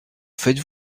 faites